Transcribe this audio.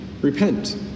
Repent